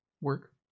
Work